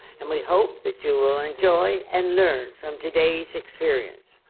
and we hope that you will enjoy and learn from today's experience.